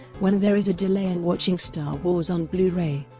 when there is a delay in watching star wars on blu-ray,